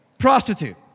prostitute